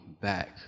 back